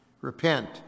Repent